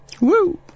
Woo